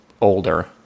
older